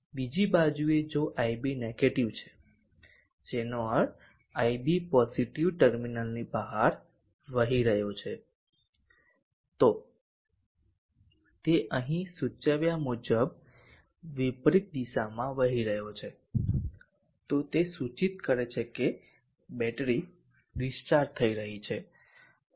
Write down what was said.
બીજી બાજુએ જો ib નેગેટીવ છે જેનો અર્થ ib પોઝીટીવ ટર્મિનલની બહાર વહી રહ્યો છે તો તે અહીં સૂચવ્યા મુજબ વિપરીત દિશામાં વહી રહ્યો છે તો તે સૂચિત કરે છે કે બેટરી ડિસ્ચાર્જ થઈ રહી છે